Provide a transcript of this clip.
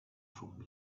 from